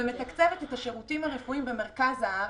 ומתקצבת את השירותים הרפואיים במרכז הארץ.